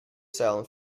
silent